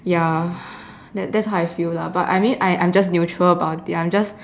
ya that that's how I feel lah but I mean I I'm just neutral about it I'm just